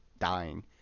dying